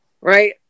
Right